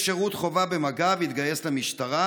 אחרי שירות חובה במג"ב התגייס למשטרה,